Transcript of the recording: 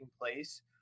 place